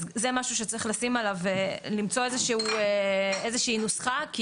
אז זה משהו שצריך למצוא איזושהי נוסחה,